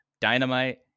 Dynamite